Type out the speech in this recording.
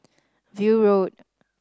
View Road